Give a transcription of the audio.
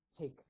take